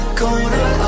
corner